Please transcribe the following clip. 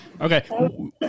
Okay